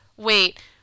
wait